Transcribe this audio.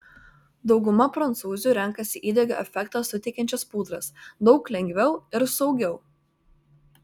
dauguma prancūzių renkasi įdegio efektą suteikiančias pudras daug lengviau ir saugiau